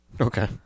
Okay